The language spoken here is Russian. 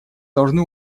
должны